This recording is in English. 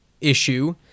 issue